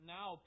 Now